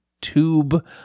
tube